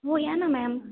हो या ना मॅम